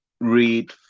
read